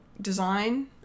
design